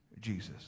Jesus